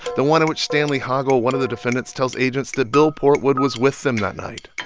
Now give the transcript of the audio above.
the one in which stanley hoggle, one of the defendants, tells agents that bill portwood was with them that night.